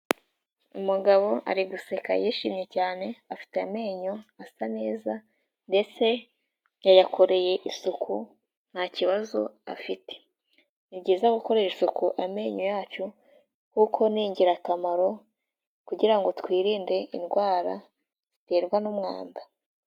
Umugabo ari guseka yishimye cyane afite amenyo asa neza ndetse yayakoreye isuku ntabazo afite ni byiza gukoresha ku amenyo yacu kuko ni ingirakamaro kugira ngo twirinde indwara ziterwa n'umwanda.